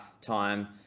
time